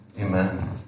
Amen